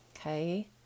okay